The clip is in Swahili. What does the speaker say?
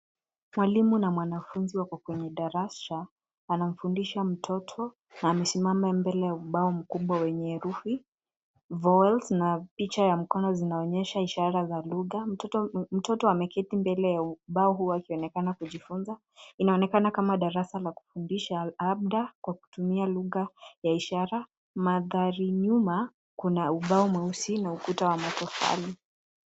Mwalimu na mwanafunzi wako kwenye darasa, anamfundisha mtoto na amesimama mbele ya ubao mkubwa wenye herufi vowels na picha ya mkono zinaonyesha ishara za lugha. Mtoto ameketi mbele ya ubao huo wakionekana kujifunza. Inaonekana kama darasa la kufundisha labda kwa kutumia lugha ya ishara. Mandhari nyuma kuna ubao mweusi na ukuta wa matofali.